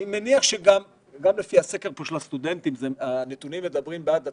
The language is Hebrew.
הנתונים בסקר של הסטודנטים פה מדברים בעד עצמם.